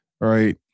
right